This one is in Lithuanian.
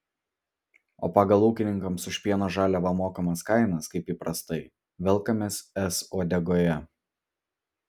o pagal ūkininkams už pieno žaliavą mokamas kainas kaip įprastai velkamės es uodegoje